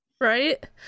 Right